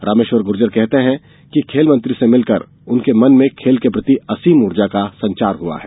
रामेश्वर ग्र्जर कहते हैं कि खेल मंत्री से मिलकर उनके मन में खेल के प्रति असीम ऊर्जा का संचार हुआ है